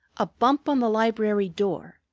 a bump on the library door,